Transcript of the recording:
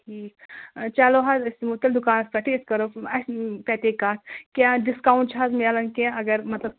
ٹھیٖک چلو حظ أسۍ یِمو تیٚلہِ دُکانَس پٮ۪ٹھٕے أسۍ کَرو اَسہِ تَتے کَتھ کیٛاہ ڈِسکاوُنٛٹ چھےٚ حظ مِلان کینٛہہ اگر مطلب